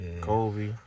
Kobe